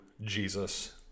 Jesus